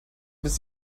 bist